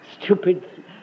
stupid